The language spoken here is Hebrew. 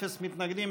אפס מתנגדים,